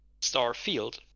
starfield